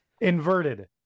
Inverted